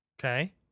okay